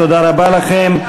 תודה רבה לכם.